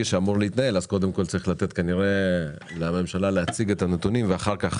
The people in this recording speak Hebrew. אז צריך קודם כול לתת לממשלה להציג את הנתונים ורק אחר כך